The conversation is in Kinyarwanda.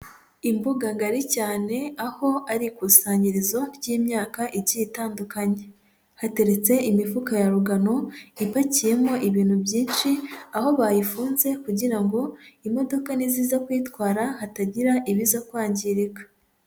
Imbuga ngari cyane aho ari ikusanyirizo ry'imyaka igiye itandukanye, hateretse imifuka ya rugano ipakiyemo ibintu byinshi aho bayifunze kugira ngo imodoka ni ziza kuyitwara hatagira ibiza kwangirika.